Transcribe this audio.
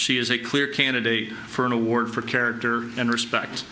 she is a clear candidate for an award for character and respect